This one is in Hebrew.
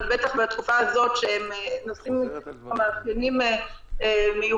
אבל בטח בתקופה הזאת שהם נושאים מאפיינים מיוחדים.